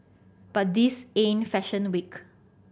but this ain't fashion week